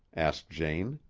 asked jane.